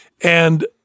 And-